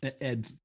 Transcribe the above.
Ed